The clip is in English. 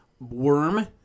worm